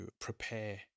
prepare